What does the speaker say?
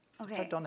Okay